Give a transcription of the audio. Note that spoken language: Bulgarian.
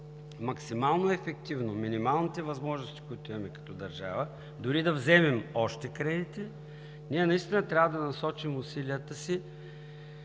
максимално ефективно минималните възможности, които имаме като държава, дори и да вземем още кредити, наистина трябва да насочим усилията си,